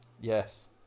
Yes